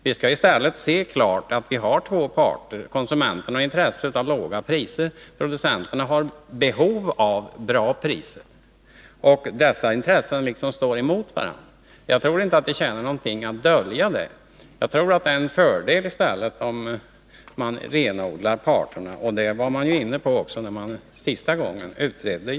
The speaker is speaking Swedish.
Vi skall i stället se klart att vi har två parter: konsumenterna har intresse av låga priser, producenterna har behov av bra priser, och dessa intressen står emot varandra. Jag tror inte att det tjänar någonting till att dölja det. Jag tror att det i stället är en fördel om man renodlar parternas intressen och det var man också inne på när jordbruksfrågorna senast utreddes.